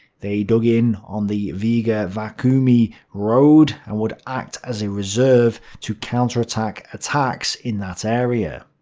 they dug in on the riga-vecumi road, and would act as a reserve to counterattack attacks in that area.